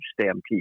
stampede